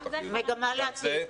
"מגמה לעתיד".